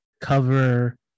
cover